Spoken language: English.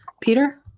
Peter